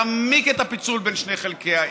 להעמיק את הפיצול בין שני חלקי העיר,